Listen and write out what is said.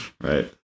right